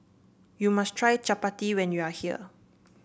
you must try Chapati when you are here